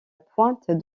pointe